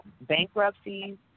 bankruptcies